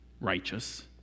righteous